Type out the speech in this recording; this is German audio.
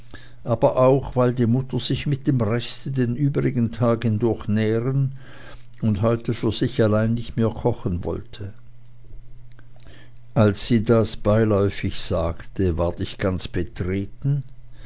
aber auch weil die mutter sich mit dem reste den übrigen tag hindurch nähren und heute für sich allein nicht mehr kochen wollte als sie das beiläufig sagte ward ich ganz betreten